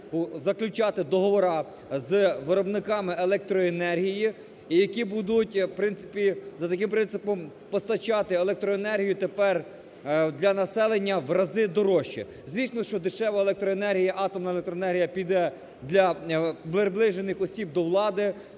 заключати договори з виробниками електроенергії, які будуть за таким принципом постачати електроенергію тепер для населення в рази дорожче. Звісно, що дешева електроенергії, атомна електроенергія піде для приближених осіб до влади,